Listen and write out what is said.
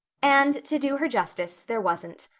and, to do her justice, there wasn't.